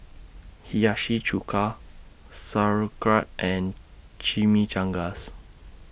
Hiyashi Chuka Sauerkraut and Chimichangas